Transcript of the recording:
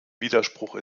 widerspruch